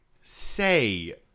say